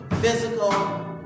physical